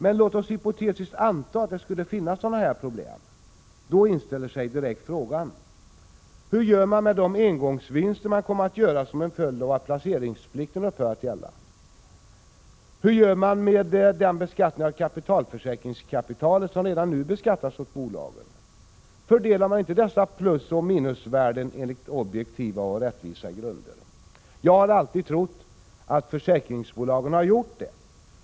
Men låt oss anta att det skulle finnas sådana här problem. Då inställer sig direkt frågan: Hur gör man med de engångsvinster som kommer att uppstå till följd av att placeringsplikten upphör? Hur gör man med den beskattning av kapitalförsäkringskapitalet som redan nu sker hos bolagen? Fördelar man inte dessa plusresp. minusvärden enligt ”objektiva och rättvisa grunder”? Jag har alltid trott att försäkringsbolagen har gjort det.